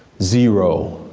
zero,